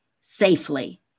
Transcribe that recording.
safely